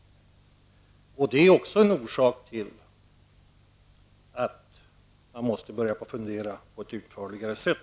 Det är också en orsak till att man måste börja fundera på ett utförligare sätt.